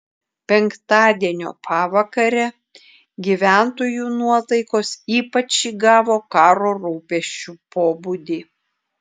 penktadienio pavakare gyventojų nuotaikos ypač įgavo karo rūpesčių pobūdį